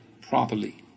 properly